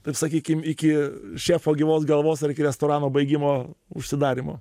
taip sakykim iki šefo gyvos galvos ar iki restorano baigimo užsidarymo